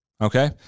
Okay